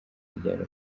igihano